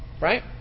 right